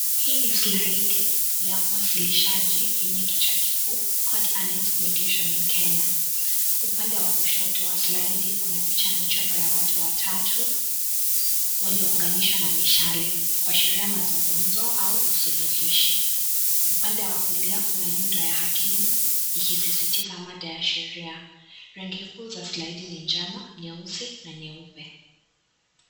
Hii ni slaidi ya uwasilishaji yenye kichwa kikuu court annexed mediation in kenya. Upande wa kushoto wa slaidi kuna picha imechorwa ya watu watatu waliounganishwa na mishale kuashiria mazumgumzo au usuluhishi . Upande wa kulia kuna nyundo ya hakimu ikisisitiza mada ya sheria. Rangi kuu za slaidi ni njano, nyeusi na nyeupe.